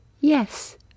Yes